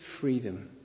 freedom